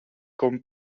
con